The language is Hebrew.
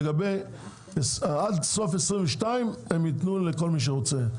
שלגבי עד סוף 2022 הם יתנו לכל מי שרוצה,